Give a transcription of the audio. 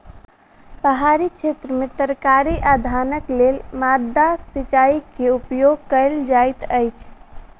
पहाड़ी क्षेत्र में तरकारी आ धानक लेल माद्दा सिचाई के उपयोग कयल जाइत अछि